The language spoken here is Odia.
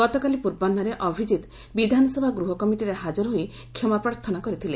ଗତକାଲି ପୂର୍ବାହ୍ବରେ ଅଭିଜିତ ବିଧାନସଭା ଗୃହକମିଟିରେ ହାଜର ହୋଇ କ୍ଷମା ପ୍ରାର୍ଥନା କରିଥିଲେ